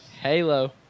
Halo